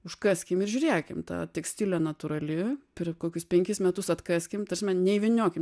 užkaskim ir žiūrėkim ta tekstilė natūrali per kokius penkis metus atkaskim ta prasme nevyniokim